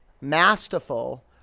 masterful